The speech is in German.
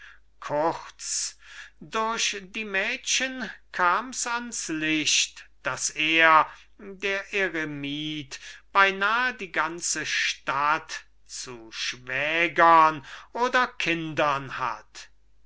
kurz durch die mädchen kams ans licht daß er der eremit beinah die ganze stadt zu schwägern oder kindern hat